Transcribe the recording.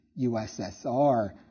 USSR